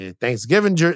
Thanksgiving